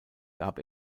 gab